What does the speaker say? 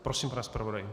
Prosím, pane zpravodaji.